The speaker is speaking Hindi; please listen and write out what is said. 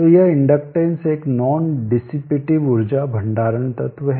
तो यह इंडक्टेंस एक नॉन डीसीपीटीव ऊर्जा भंडारण तत्व है